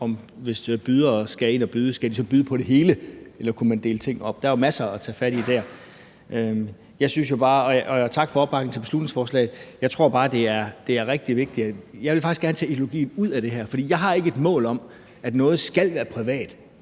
om dem, der skal ind at byde, også skal byde på det hele, eller om man kunne dele tingene op. Der er jo masser at tage fat i der. Og tak for opbakningen til beslutningsforslaget. Jeg tror bare, at det er rigtig vigtigt, at vi får taget ideologien ud af det her, for jeg har ikke et mål om, at noget skal være privat